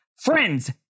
Friends